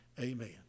amen